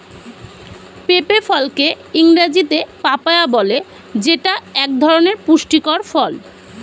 পেঁপে ফলকে ইংরেজিতে পাপায়া বলে যেইটা এক ধরনের পুষ্টিকর ফল